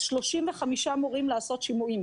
אז 35 מורים לעשות שימועים.